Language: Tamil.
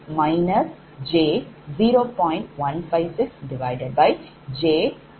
156j0